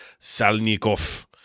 Salnikov